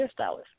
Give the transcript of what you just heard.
hairstylist